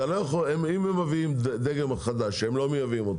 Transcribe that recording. אם הם מביאים דגם חדש שהם לא מייבאים,